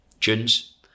tunes